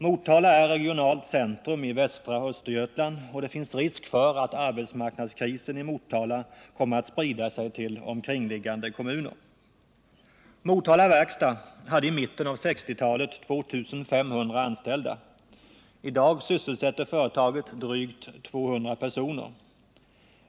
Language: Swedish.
Motala är regionalt centrum i västra Östergötland, och det finns risk för att arbetsmarknadskrisen i Motala kommer att sprida sig till omkringliggande kommuner. Motala Verkstad hade i mitten av 1960-talet 2500 anställda. I dag sysselsätter företaget drygt 200 personer.